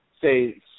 say